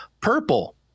purple